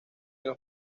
los